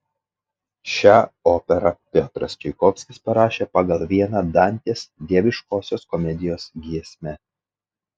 šią operą piotras čaikovskis parašė pagal vieną dantės dieviškosios komedijos giesmę